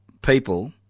people